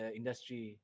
industry